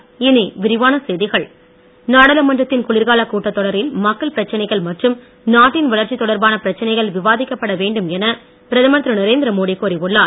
மோடி நாடாளுமன்றத்தின் குளிர்காலக் கூட்டத் தொடரில் மக்கள் பிரச்சனைகள் மற்றும் நாட்டின் வளர்ச்சி தொடர்பான பிரச்சனைகள் விவாதிக்கப்பட வேண்டும் என பிரதமர் திரு நரேந்திரமோடி கூறி உள்ளார்